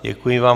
Děkuji vám.